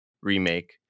remake